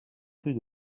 rue